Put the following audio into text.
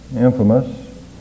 infamous